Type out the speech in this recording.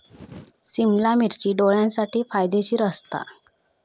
सिमला मिर्ची डोळ्यांसाठी फायदेशीर असता